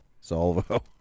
salvo